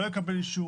מי לא יקבל אישור.